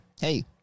Hey